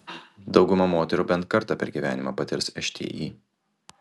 dauguma moterų bent kartą per gyvenimą patirs šti